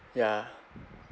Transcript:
ya